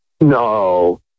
No